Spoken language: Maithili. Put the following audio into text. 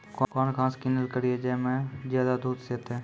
कौन घास किनैल करिए ज मे ज्यादा दूध सेते?